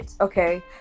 okay